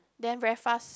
then very fast